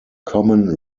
common